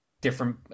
different